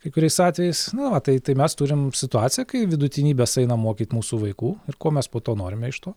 kai kuriais atvejais na va tai tai mes turim situaciją kai vidutinybės eina mokyt mūsų vaikų ir ko mes po to norime iš to